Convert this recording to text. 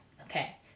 Okay